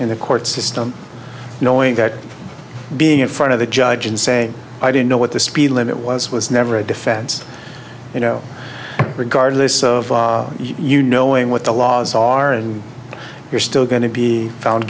in the court system knowing that being in front of the judge and say i didn't know what the speed limit was was never a defense you know regardless of you knowing what the laws are and you're still going to be found